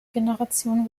generation